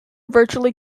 virtually